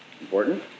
Important